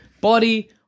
body